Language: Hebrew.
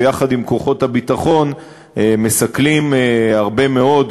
ויחד עם כוחות הביטחון מסכלים הרבה מאוד,